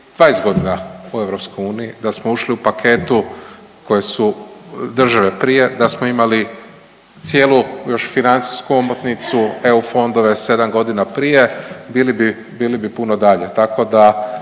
20 godina u EU, da smo ušli u paketu koje su države prije, da smo imali cijelu još financijsku omotnicu EU fondova 7 godina prije bili bi puno dalje.